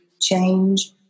change